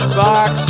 box